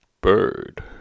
bird